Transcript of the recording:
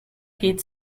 hit